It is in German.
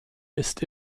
ist